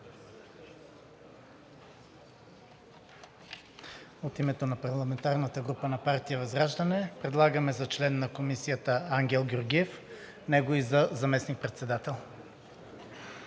От името на парламентарната група на партия ВЪЗРАЖДАНЕ предлагам за член на Комисията Ангел Георгиев, него и за заместник-председател.